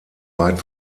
weit